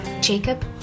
Jacob